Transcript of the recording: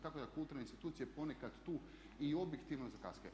Tako da kulturne institucije ponekad tu i objektivno kaskaju.